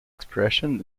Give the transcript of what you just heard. expression